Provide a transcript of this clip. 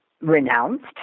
renounced